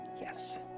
Yes